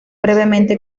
brevemente